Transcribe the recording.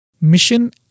mission